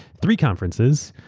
three conferences,